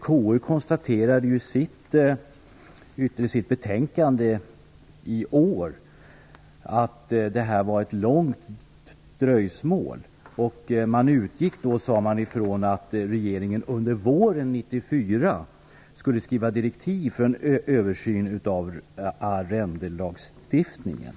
KU konstaterade i sitt betänkande i år att det var ett långt dröjsmål. Man sade att man utgick från att regeringen under våren 1994 skulle skriva direktiv för en översyn av arrendelagstiftningen.